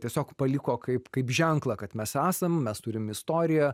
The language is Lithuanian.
tiesiog paliko kaip kaip ženklą kad mes esam mes turim istoriją